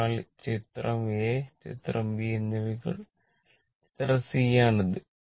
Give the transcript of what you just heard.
അതിനാൽ ചിത്രം a ചിത്രം b എന്നിവയ്ക്കുള്ള ചിത്രം c ആണ് ഇത്